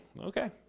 Okay